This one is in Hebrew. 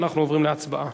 אנחנו עוברים להצבעה.